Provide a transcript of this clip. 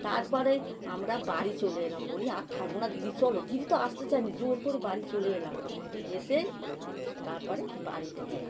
তারপরে আমরা বাড়ি চলে এলাম বলি আর থাকবো না দিদি চলো দিদি তো আসতে চায়নি জোর করে বাড়ি চলে এলাম এসেই তারপরে বাড়িতে গেলাম